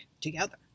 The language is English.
together